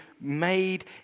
made